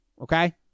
okay